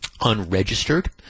unregistered